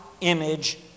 image